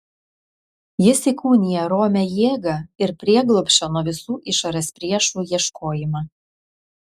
jis įkūnija romią jėgą ir prieglobsčio nuo visų išorės priešų ieškojimą